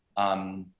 um,